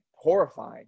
horrifying